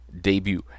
debut